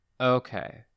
Okay